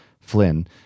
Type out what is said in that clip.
Flynn